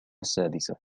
السادسة